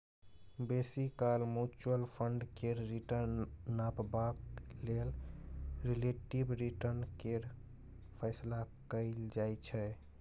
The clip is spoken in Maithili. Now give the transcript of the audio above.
बेसी काल म्युचुअल फंड केर रिटर्न नापबाक लेल रिलेटिब रिटर्न केर फैसला कएल जाइ छै